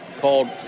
called